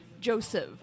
Joseph